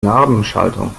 narbenschaltung